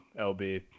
LB